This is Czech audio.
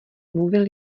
mluvil